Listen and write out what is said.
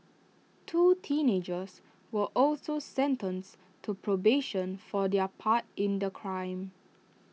two teenagers were also sentenced to probation for their part in the crime